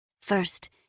First